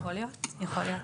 יכול להיות, בהחלט יכול להיות.